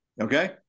okay